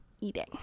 eating